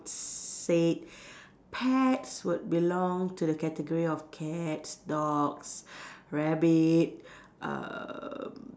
say pets would belong to the category of cats dogs rabbit um